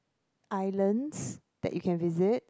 islands that you can visit